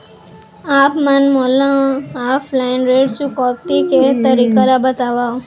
आप मन मोला ऑफलाइन ऋण चुकौती के तरीका ल बतावव?